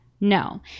No